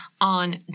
on